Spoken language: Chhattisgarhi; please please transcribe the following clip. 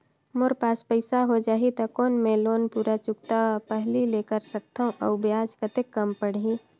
मोर पास पईसा हो जाही त कौन मैं लोन पूरा चुकता पहली ले कर सकथव अउ ब्याज कतेक कम पड़ही?